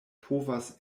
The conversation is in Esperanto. povas